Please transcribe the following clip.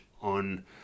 on